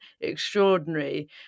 extraordinary